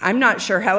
i'm not sure how